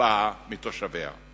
הבאה מתושביה.